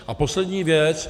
A poslední věc.